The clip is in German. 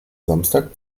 samstag